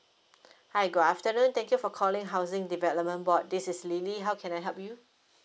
hi good afternoon thank you for calling housing development board this is lily how can I help you